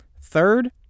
Third